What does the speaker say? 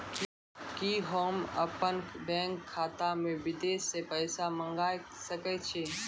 कि होम अपन बैंक खाता मे विदेश से पैसा मंगाय सकै छी?